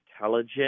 intelligent